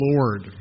Lord